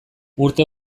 urte